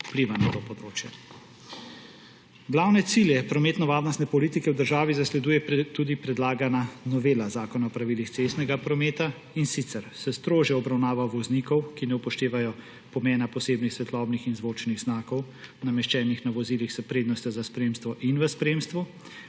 vpliva na to področje. Glavne cilje prometnovarnostne politike v državi zasleduje tudi predlagana novela Zakona o pravilih cestnega prometa, in sicer s strožjo obravnavo voznikov, ki ne upoštevajo pomena posebnih svetlobnih in zvočnih znakov, nameščenih na vozilih s prednostjo za spremstvo in v spremstvu;